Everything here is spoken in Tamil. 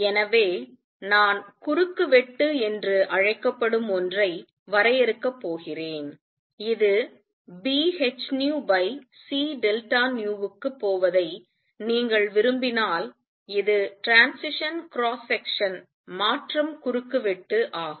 எனவே நான் குறுக்கு வெட்டு என்று அழைக்கப்படும் ஒன்றை வரையறுக்கப் போகிறேன் இது Bhνc க்குப் போவதை நீங்கள் விரும்பினால் இது transition cross section மாற்றம் குறுக்கு வெட்டு ஆகும்